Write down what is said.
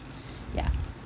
ya